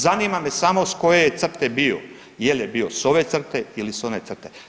Zanima me samo s koje je crte bio jel je bio s ove crte il s one crte.